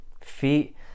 feet